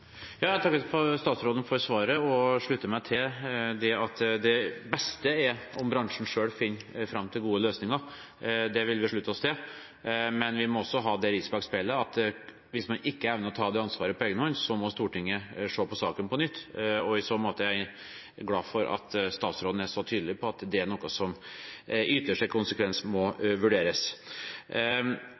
Jeg takker statsråden for svaret, og slutter meg til at det beste er at bransjen selv finner fram til gode løsninger. Det vil vi slutte oss til. Men vi må også ha det riset bak speilet at hvis man ikke evner å ta det ansvaret på egen hånd, må Stortinget se på saken på nytt, og i så måte er jeg glad for at statsråden er så tydelig på at det er noe som i ytterste konsekvens må vurderes.